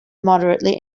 moderately